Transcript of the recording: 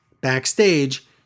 backstage